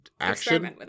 Action